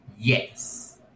Yes